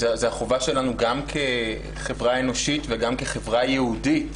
זאת החובה שלנו גם כחברה אנושית וגם כחברה יהודית